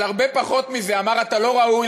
על הרבה פחות מזה אמר: אתה לא ראוי